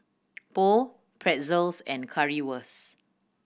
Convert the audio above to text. Pho Pretzels and Currywurst